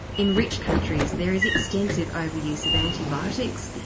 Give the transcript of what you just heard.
in rich countries there is extensive overuse of antibiotics,